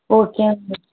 okay okay